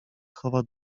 chowa